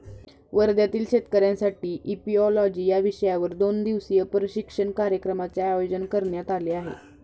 वर्ध्यातील शेतकऱ्यांसाठी इपिओलॉजी या विषयावर दोन दिवसीय प्रशिक्षण कार्यक्रमाचे आयोजन करण्यात आले आहे